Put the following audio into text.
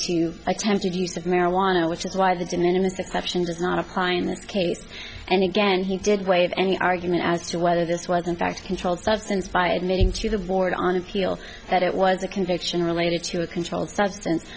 to attempted use of marijuana which is why they did it in this exception does not a fine case and again he did waive any argument as to whether this was in fact a controlled substance by admitting to the board on appeal that it was a conviction related to a controlled substance